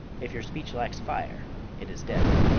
if your speech lacks fire it is dead.